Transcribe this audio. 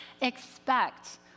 expect